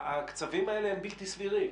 הקצבים האלה הם בלתי סבירים.